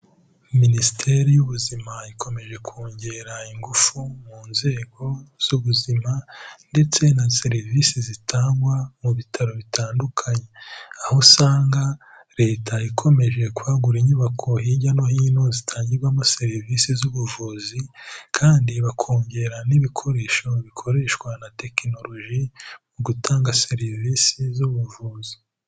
Minisiteri y'ubuzima ikomeje kongera ingufu mu nzego z'ubuzima ndetse na serivisi zitangwa mu bitaro bitandukanye. Aho usanga leta ikomeje kwagura inyubako hirya no hino zitangirwamo serivisi z'ubuvuzi, kandi bakongera n'ibikoresho bikoreshwa na tekinoloji mu gutanga serivisi z'ubuvuzi.